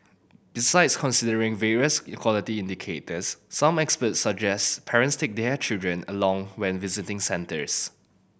besides considering various equality indicators some experts suggest parents take their children along when visiting centres